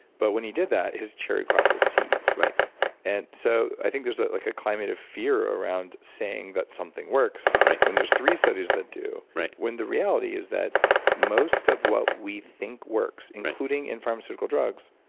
but when he did that, his cherry crop was seized. like and so, i think there's a like ah climate of fear around saying that something works when there's three studies that do, when the reality is that most of what we think works including in pharmaceutical drugs,